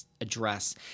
address